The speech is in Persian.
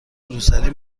روسری